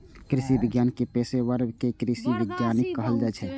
कृषि विज्ञान के पेशवर कें कृषि वैज्ञानिक कहल जाइ छै